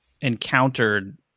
encountered